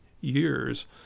years